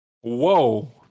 Whoa